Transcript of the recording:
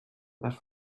les